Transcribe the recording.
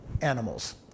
animals